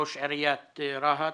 ראש עיריית רהט.